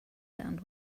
sound